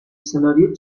سناریو